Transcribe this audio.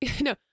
No